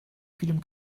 film